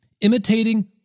imitating